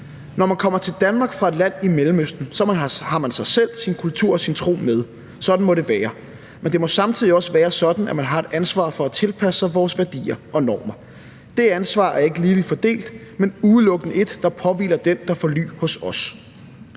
Når man kommer til Danmark fra et land i Mellemøsten, så har man sig selv og sin kultur og sin tro med. Sådan må det være. Men det må samtidig også være sådan, at man har et ansvar for at tilpasse sig vores værdier og normer. Det ansvar er ikke ligeligt fordelt, men udelukkende et, der påhviler den, der får ly hos os.